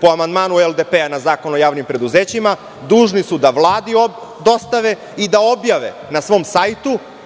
Po amandmanu LDP na Zakon o javnim preduzećima dužni su da Vladi dostave i da objave na svom sajtu